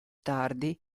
tardi